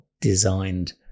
designed